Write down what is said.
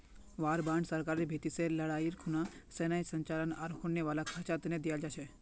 war bond सरकारेर भीति से लडाईर खुना सैनेय संचालन आर होने वाला खर्चा तने दियाल जा छे